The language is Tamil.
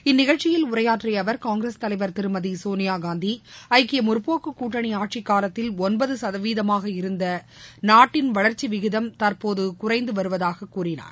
இந்நிகழ்ச்சியில் உரையாற்றிய அவர் காங்கிரஸ் தலைவர் திருமதி சோனியாகாந்தி ஐக்கிய முற்போக்கு கூட்டணி ஆட்சிக் காலத்தில் ஒன்பது சதவீதமாக இருந்த நாட்டின் வளர்ச்சி விகிதம் தற்போது குறைந்து வருவதாக கூறினார்